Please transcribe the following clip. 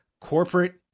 Corporate